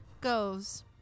goes